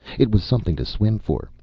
it was something to swim for.